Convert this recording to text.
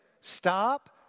Stop